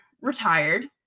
retired